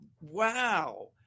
wow